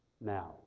now